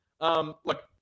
Look